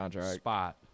spot